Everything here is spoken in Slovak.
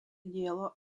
dielo